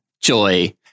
Joy